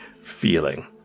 feeling